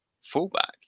fullback